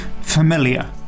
familiar